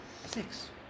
Six